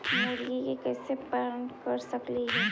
मुर्गि के कैसे पालन कर सकेली?